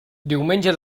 diumenge